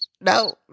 No